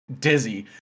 Dizzy